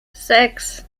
sechs